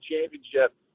championship